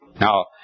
Now